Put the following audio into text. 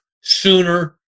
sooner